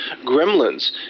Gremlins